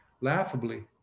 laughably